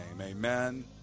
Amen